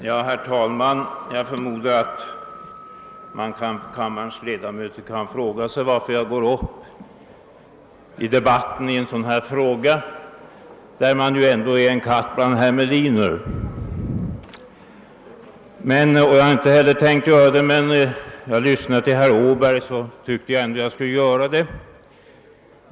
Herr talman! Jag förmodar att kammarens ledamöter kan fråga sig varför jag går upp i debatten i en sådan här fråga där jag ju ändå är »en katt bland hermeliner». Jag hade inte heller tänkt göra det, men när jag lyssnade till herr Åberg tyckte jag att det fanns anledning.